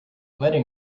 letting